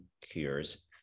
cures